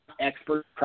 expert